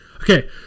Okay